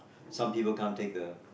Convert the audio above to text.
some people can't take the